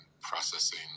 processing